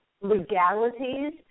legalities